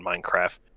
minecraft